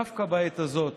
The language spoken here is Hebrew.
דווקא בעת הזאת